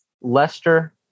Leicester